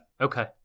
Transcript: okay